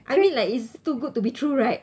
I mean like it's too good to be true right